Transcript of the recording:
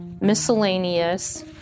miscellaneous